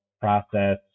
process